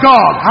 God